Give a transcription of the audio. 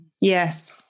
Yes